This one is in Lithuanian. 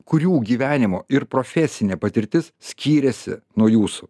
kurių gyvenimo ir profesinė patirtis skyrėsi nuo jūsų